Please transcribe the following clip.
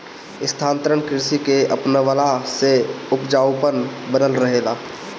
स्थानांतरण कृषि के अपनवला से उपजाऊपन बनल रहेला